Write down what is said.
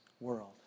world